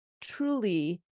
truly